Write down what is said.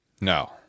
no